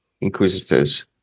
Inquisitors